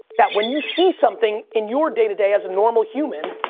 that when you see something in your day-to-day as a normal human,